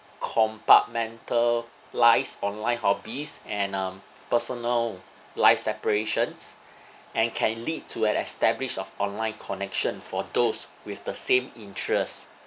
compartmentalize online hobbies and um personal life separations and can lead to an establish of online connection for those with the same interest